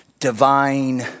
divine